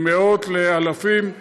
ממאות לאלפים,